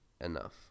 enough